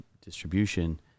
distribution